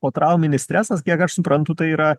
potrauminis stresas kiek aš suprantu tai yra